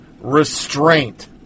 restraint